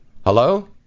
hello